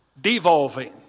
devolving